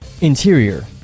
Interior